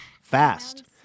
Fast